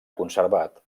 conservat